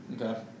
Okay